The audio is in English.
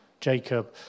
Jacob